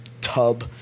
tub